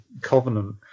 Covenant